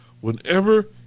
Whenever